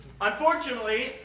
Unfortunately